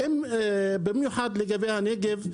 במיוחד, לגבי הנגב.